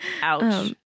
Ouch